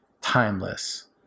timeless